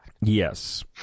Yes